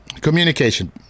communication